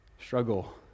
struggle